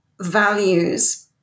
values